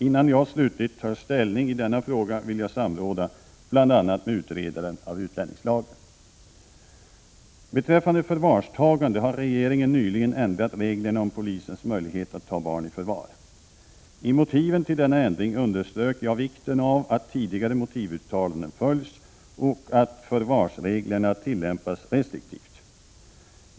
Innan jag slutligt tar ställning i denna fråga vill jag samråda bl.a. med utredaren av utlänningslagen. Beträffande förvarstagande har regeringen nyligen ändrat reglerna om polisens möjlighet att ta barn i förvar. I motiven till denna ändring underströk jag vikten av att tidigare motivuttalanden följs och att förvarsreglerna tillämpas restriktivt.